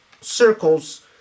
circles